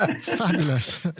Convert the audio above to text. Fabulous